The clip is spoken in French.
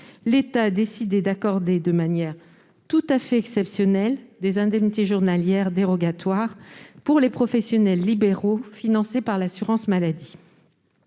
l'État a décidé d'accorder de manière tout à fait exceptionnelle des indemnités journalières dérogatoires pour les professionnels libéraux, financées par l'assurance maladie